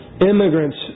immigrants